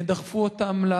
דחפו אותם.